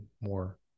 more